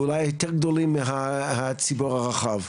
ואולי יותר גדולים מהציבור הרחב.